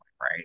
right